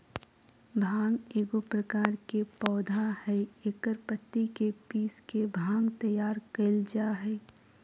भांग एगो प्रकार के पौधा हइ एकर पत्ति के पीस के भांग तैयार कइल जा हइ